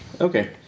Okay